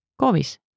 Kovis